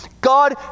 God